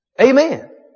Amen